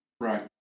right